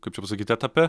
kaip čia pasakyt etape